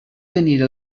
tenir